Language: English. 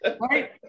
Right